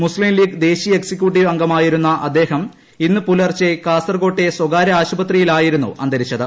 മുസ്ലിംലീഗ് ദേശീയ എക്സിക്യൂട്ടീവ് അംഗമായിരുന്ന അദ്ദേഹം ഇന്ന് പുലർച്ചെ കാസർകോട്ടെ സ്വകാര്യ ആശുപത്രിയിലായിരുന്നു അന്തരിച്ചത്